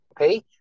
okay